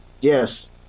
Yes